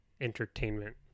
Entertainment